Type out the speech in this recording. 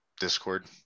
Discord